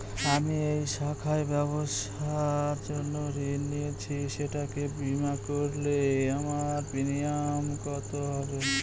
আমি এই শাখায় ব্যবসার জন্য ঋণ নিয়েছি সেটাকে বিমা করলে আমার প্রিমিয়াম কত হবে?